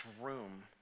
room